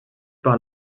par